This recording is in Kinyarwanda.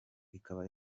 ikaba